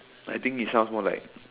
I think it sounds more like